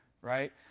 right